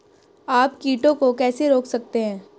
आप कीटों को कैसे रोक सकते हैं?